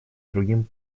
другим